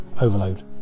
overload